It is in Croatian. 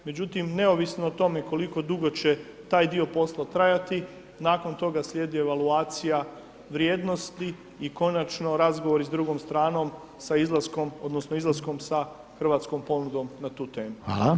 Međutim, neovisno o tome, koliko dugo će taj dio posla trajati, nakon toga slijedi evaluacija vrijednosti i konačno razgovori s drugom stranom sa izlaskom, odnosno, izlaskom sa hrvatskom ponudom na tu temu.